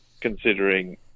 considering